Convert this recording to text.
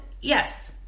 yes